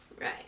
Right